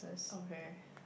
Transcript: okay